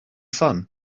fun